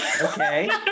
Okay